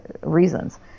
reasons